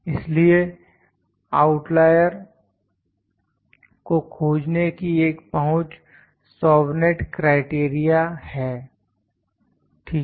इसलिए आउटलायर को खोजने की एक पहुंच सावेनेट क्राइटेरिया Chauvenet's criteria है ठीक है